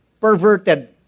perverted